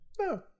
No